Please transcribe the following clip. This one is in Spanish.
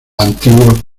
antiguos